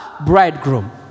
bridegroom